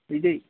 Vijay